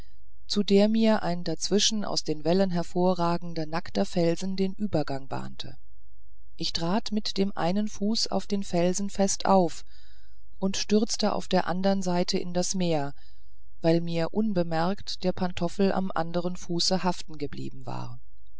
zu der mir ein dazwischen aus den wellen hervorragender nackter felsen den übergang bahnte ich trat mit dem einen fuß auf den felsen fest auf und stürzte auf der andern seite in das meer weil mir unbemerkt der pantoffel am anderen fuß haften geblieben war